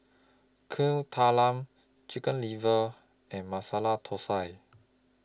Kuih Talam Chicken Liver and Masala Thosai